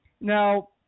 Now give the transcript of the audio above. Now